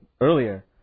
earlier